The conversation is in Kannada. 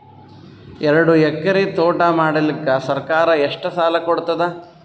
ಎರಡು ಎಕರಿ ತೋಟ ಮಾಡಲಿಕ್ಕ ಸರ್ಕಾರ ಎಷ್ಟ ಸಾಲ ಕೊಡತದ?